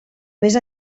més